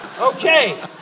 Okay